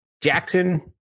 Jackson